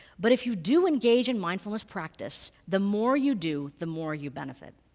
but if you do engage in mindfulness practice, the more you do, the more you benefit.